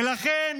ולכן